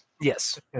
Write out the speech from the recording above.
Yes